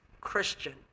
Christian